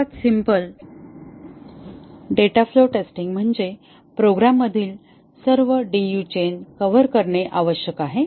सर्वात simple data flow testing म्हणजे प्रोग्राममधील सर्व DU चेन कव्हर करणे आवश्यक आहे